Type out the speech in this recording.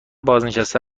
بازنشسته